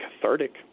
cathartic